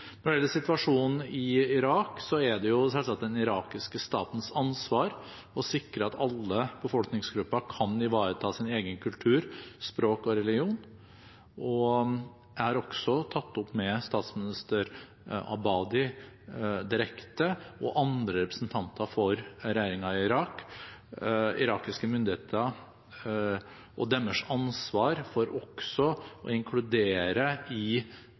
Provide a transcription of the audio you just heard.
Når det gjelder situasjonen i Irak, er det selvsagt den irakiske statens ansvar å sikre at alle befolkningsgrupper kan ivareta sin egen kultur, sitt språk og sin religion. Jeg har også tatt opp med statsminister Abadi direkte og med andre representanter for regjeringen i Irak irakiske myndigheter og deres ansvar for å inkludere i